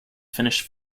finish